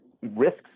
risks